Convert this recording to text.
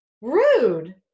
Rude